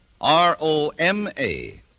R-O-M-A